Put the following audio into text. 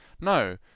no